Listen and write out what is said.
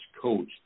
coach